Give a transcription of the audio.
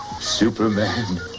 Superman